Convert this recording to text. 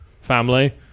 family